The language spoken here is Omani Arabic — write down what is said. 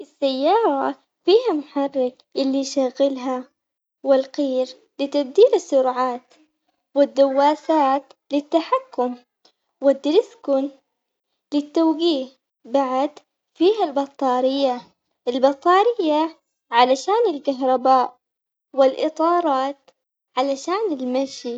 أنا أحب خبز الرقائق مع العسل وبيض مسلوق مع شوية ملح وفلفل، بعد ما أقدر أقاوم الشاي مع التمر بسيط لكنه لذيذ، ومع خبز الرقائق مع العسل لذيذ جداً، ما أقاوم هذه الوصفة أبد.